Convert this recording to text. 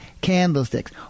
candlesticks